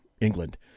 england